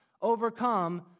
overcome